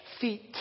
feet